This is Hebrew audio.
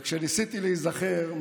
וכשניסיתי להיזכר,